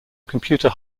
computer